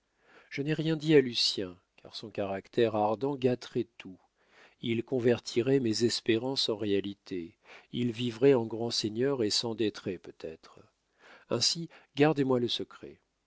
je n'ai rien dit à lucien car son caractère ardent gâterait tout il convertirait mes espérances en réalités il vivrait en grand seigneur et s'endetterait peut-être ainsi gardez-moi le secret